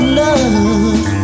love